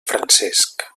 francesc